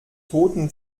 toten